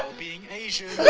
being asian